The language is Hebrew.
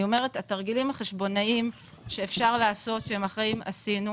את התרגילים החשבונאיים האחראיים שאפשר לעשות עשינו.